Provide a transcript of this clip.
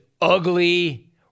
ugly